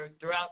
throughout